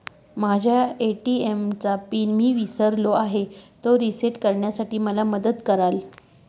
माझ्या ए.टी.एम चा पिन मी विसरलो आहे, तो रिसेट करण्यासाठी मला मदत कराल?